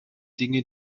dinge